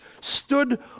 stood